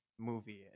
Movie